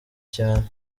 cyane